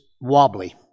wobbly